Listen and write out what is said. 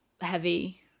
heavy